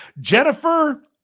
Jennifer